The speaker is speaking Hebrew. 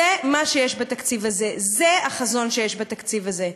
זה מה שיש בתקציב הזה, זה החזון שיש בתקציב הזה.